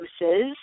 uses